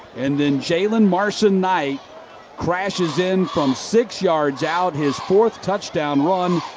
and then jaylen marson-knight crashes in from six yards out, his fourth touchdown run.